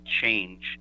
change